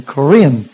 Korean